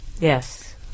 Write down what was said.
Yes